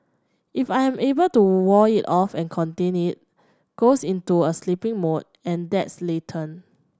if I am able to wall it off and contain it goes into a sleeping mode and that's latent